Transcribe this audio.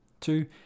Two